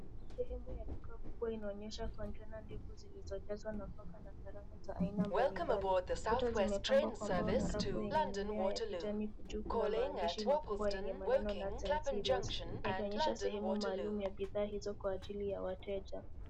Sehemu ya duka kubwa inaonyesha containers ndefu zilizojazwa nafaka za rangi ya aina mbalimbali. Kuta zimepambwa kwa mbao na rafu yenye mimea ya kijani. Juu kuna maandishi makubwa yenye maneno NUTS AND CEREALS yakionyesha sahemu maalum ya bidhaa hizo kwa ajili ya wateja.